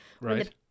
Right